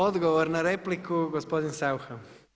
Odgovor na repliku gospodin Saucha.